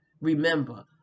remember